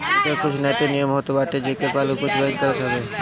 bank के कुछ नैतिक नियम होत बाटे जेकर पालन कुछ बैंक करत हवअ